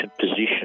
position